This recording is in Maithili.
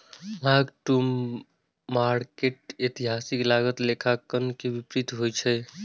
मार्क टू मार्केट एतिहासिक लागत लेखांकन के विपरीत होइ छै